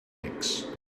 mix